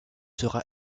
sera